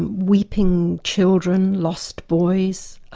and weeping children, lost boys,